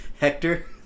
Hector